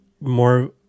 more